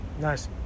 nice